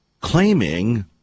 claiming